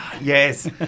Yes